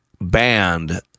banned